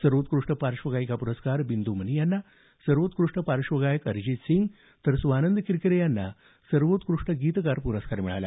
सर्वोत्कृष्ट पार्श्वगायिका पुरस्कार बिंद् मनी यांना सर्वोत्कृष्ट पार्श्वगायक पुरस्कार अरिजीत सिंह यांना तर स्वानंद किरकिरे यांना सर्वोत्कृष्ट गीतकार प्रस्कार मिळाला